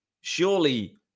surely